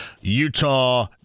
Utah